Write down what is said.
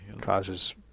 causes